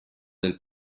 del